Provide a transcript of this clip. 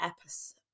episode